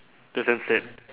that's damn sad